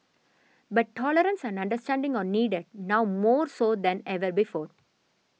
but tolerance and understanding are needed now more so than ever before